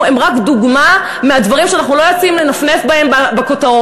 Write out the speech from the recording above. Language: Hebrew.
היא רק דוגמה לדברים שאנחנו לא יוצאים לנפנף בהם בכותרות,